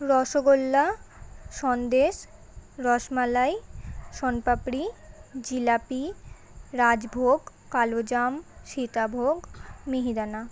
rasgulla sandesh rasmalai soan papdi jilapi rajbhog kalojam sitabhog মিহিদানা